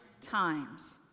times